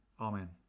Amen